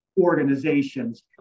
organizations